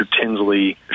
Tinsley